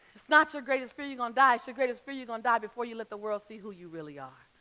it's not your greatest fear you're gonna die, it's your greatest fear you're gonna die before you let the world see who you really are.